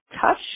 touch